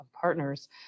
partners